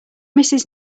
mrs